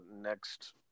next